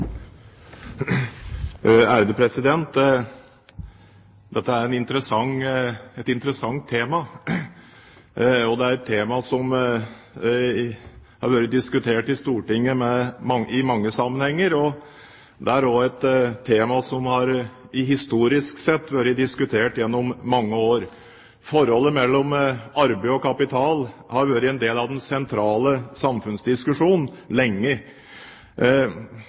et interessant tema, og det er et tema som har vært diskutert i Stortinget i mange sammenhenger. Det er også et tema som historisk sett har vært diskutert gjennom mange år. Forholdet mellom arbeid og kapital har vært en del av den sentrale samfunnsdiskusjonen lenge.